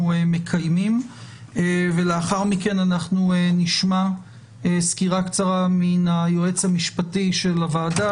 מקיימים ולאחר מכן אנחנו נשמע סקירה קצרה מן היועץ המשפטי של הוועדה,